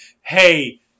hey